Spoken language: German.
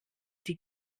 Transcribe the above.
die